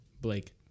Blake